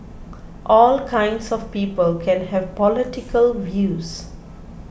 all kinds of people can have political views